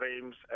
frames